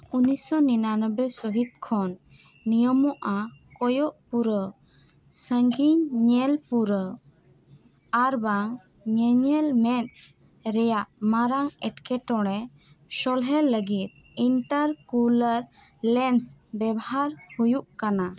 ᱩᱱᱤᱥ ᱥᱚ ᱱᱤᱱᱟᱱᱚᱵᱽᱵᱚᱭ ᱥᱟᱦᱤᱛ ᱠᱷᱚᱱ ᱱᱤᱭᱚᱢᱚᱜᱼᱟ ᱠᱚᱭᱚᱜ ᱯᱩᱨᱟᱹᱣ ᱥᱟᱺᱜᱤᱧ ᱧᱮᱞ ᱯᱩᱨᱟᱹᱣ ᱟᱨ ᱵᱟᱝ ᱧᱮᱧᱮᱞ ᱢᱮᱫ ᱨᱮᱭᱟᱜ ᱢᱟᱨᱟᱝ ᱮᱴᱠᱮᱴᱚᱬᱮ ᱥᱚᱞᱦᱮ ᱞᱟᱹᱜᱤᱜ ᱮᱱᱴᱟᱨᱠᱩᱞᱟᱨ ᱞᱮᱱᱥ ᱵᱮᱵᱷᱟᱨ ᱦᱩᱭᱩᱜ ᱠᱟᱱᱟ